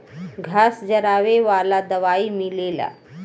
घास जरावे वाला दवाई मिलेला